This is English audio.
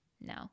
No